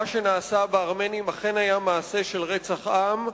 מה שנעשה בארמנים אכן היה מעשה של רצח עם,